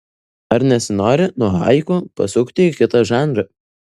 ar nesinori nuo haiku pasukti į kitą žanrą